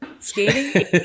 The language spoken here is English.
Skating